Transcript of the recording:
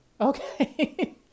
Okay